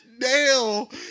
nail